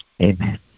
Amen